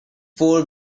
four